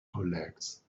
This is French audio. collègues